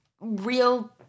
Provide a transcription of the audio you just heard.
real